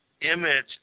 image